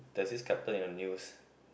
there is this captain in the news